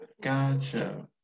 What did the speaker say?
gotcha